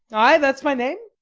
ay, that's my name.